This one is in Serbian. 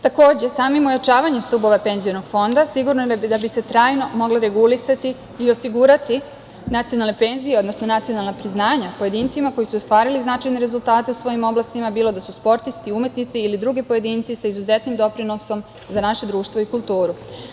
Takođe, samim ojačavanjem stubova penzionog fonda sigurno je da bi se trajno moglo regulisati i osigurati nacionalne penzije, odnosno nacionalna priznanja pojedincima koji su ostvarili značajne rezultate u svojim oblastima, bilo da su sportisti, umetnici ili drugi pojedinci sa izuzetnim doprinosom za naše društvo i kulturu.